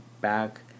back